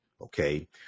okay